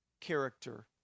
character